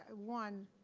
ah one,